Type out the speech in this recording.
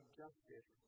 justice